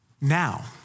Now